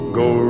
go